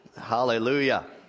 Hallelujah